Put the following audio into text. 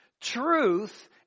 Truth